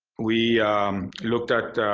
we looked at